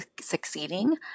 succeeding